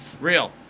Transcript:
real